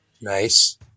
Nice